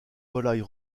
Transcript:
volaille